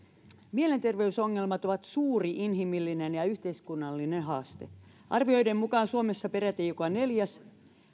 mielenterveysongelmat ovat suuri inhimillinen ja yhteiskunnallinen haaste arvioiden mukaan suomessa peräti joka neljäs